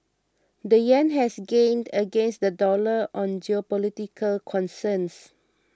the yen has gained against the dollar on geopolitical concerns